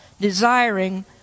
desiring